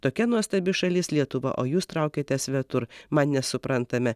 tokia nuostabi šalis lietuva o jūs traukiate svetur man nesuprantame